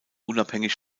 unabhängig